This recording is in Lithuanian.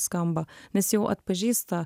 skamba nes jau atpažįsta